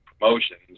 promotions